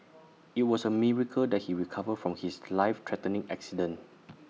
IT was A miracle that he recovered from his life threatening accident